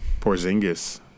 Porzingis